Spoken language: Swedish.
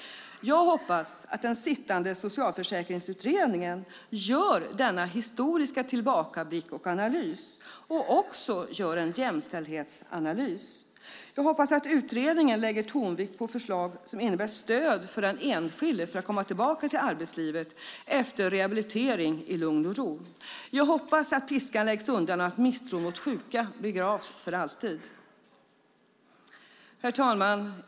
Jag hoppas att den sittande Socialförsäkringsutredningen gör denna historiska tillbakablick och analys och att man också gör en jämställdhetsanalys. Jag hoppas att utredningen lägger tonvikt på förslag som innebär stöd för den enskilde att komma tillbaka till arbetslivet efter rehabilitering i lugn och ro. Jag hoppas att piskan läggs undan och att misstron mot sjuka begravs för alltid. Herr talman!